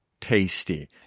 tasty